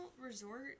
resort